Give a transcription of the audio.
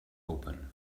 open